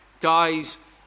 dies